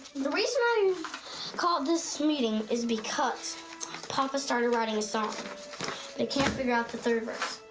the reason i called this meeting is because papa started writing a song but can't figure out the third verse.